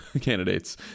candidates